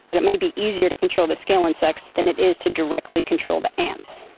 it may be easier to control the scale insects than it is to directly control the ants.